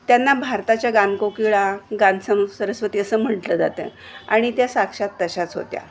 त्यांना भारताच्या गानकोकिळा गानसम सरस्वती असं म्हटलं जातं आणि त्या साक्षात तशाच होत्या